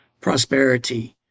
prosperity